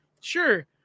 Sure